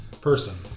Person